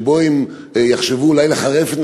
שבו הם ייחשבו לחרף,